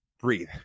breathe